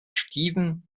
steven